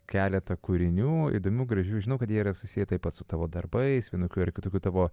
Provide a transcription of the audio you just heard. keletą kūrinių įdomių gražių žinau kad jie yra susiję taip pat su tavo darbais vienokiu ar kitokiu tavo